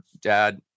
dad